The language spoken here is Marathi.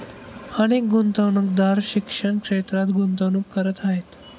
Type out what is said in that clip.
अनेक गुंतवणूकदार शिक्षण क्षेत्रात गुंतवणूक करत आहेत